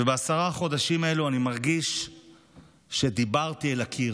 ובעשרת החודשים האלו אני מרגיש שדיברתי אל הקיר.